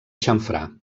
xamfrà